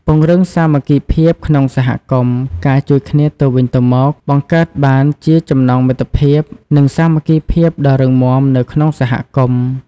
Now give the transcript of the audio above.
ពង្រឹងសាមគ្គីភាពក្នុងសហគមន៍ ការជួយគ្នាទៅវិញទៅមក បង្កើតបានជាចំណងមិត្តភាព និងសាមគ្គីភាពដ៏រឹងមាំនៅក្នុងសហគមន៍។